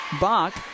Bach